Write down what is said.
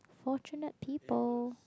fortunate people